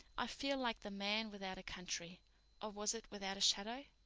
i feel like the man without a country or was it without a shadow?